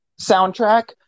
soundtrack